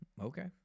Okay